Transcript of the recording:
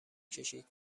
کشید